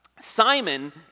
Simon